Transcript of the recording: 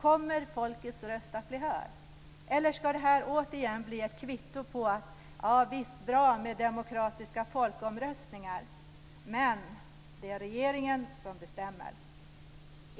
Kommer folkets röst att bli hörd, eller ska detta återigen bli ett kvitto på att det kan vara bra med demokratiska folkomröstningar men det är regeringen som bestämmer?